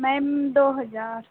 ma'am दो हज़ार